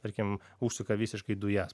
tarkim užsuka visiškai dujas